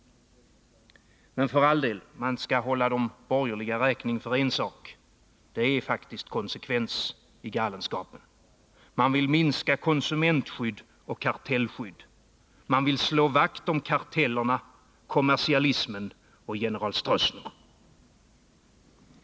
Men för all del — man skall hålla de borgerliga räkning för en sak: det är faktiskt konsekvens i galenskapen. Man vill minska konsumentskydd och kartellskydd. Man vill slå vakt om kartellerna, kommersialismen och general Stroessner.